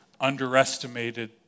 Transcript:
underestimated